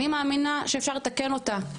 אני מאמינה שאפשר לתקן אותה.